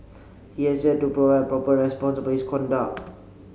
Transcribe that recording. he has yet to provide a proper response about his conduct